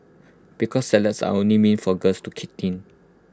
because salads are only meant for girls to keep thin